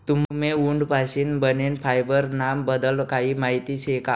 तुम्हले उंट पाशीन बनेल फायबर ना बद्दल काही माहिती शे का?